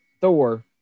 Thor